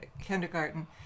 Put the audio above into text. kindergarten